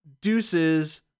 Deuces